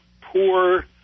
poor